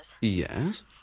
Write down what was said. Yes